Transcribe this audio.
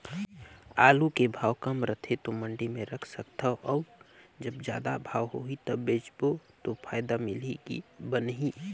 आलू के भाव कम रथे तो मंडी मे रख सकथव कौन अउ जब जादा भाव होही तब बेचबो तो फायदा मिलही की बनही?